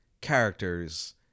characters